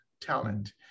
talent